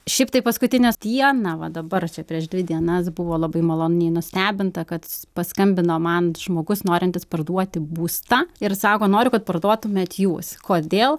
šiaip tai paskutines dieną va dabar čia prieš dvi dienas buvo labai maloniai nustebinta kad paskambino man žmogus norintis parduoti būstą ir sako noriu kad parduotumėt jūs kodėl